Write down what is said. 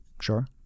Sure